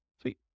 Sweet